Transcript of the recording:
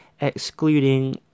excluding